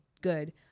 good